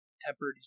tempered